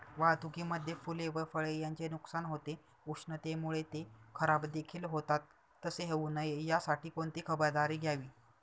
वाहतुकीमध्ये फूले व फळे यांचे नुकसान होते, उष्णतेमुळे ते खराबदेखील होतात तसे होऊ नये यासाठी कोणती खबरदारी घ्यावी?